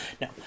No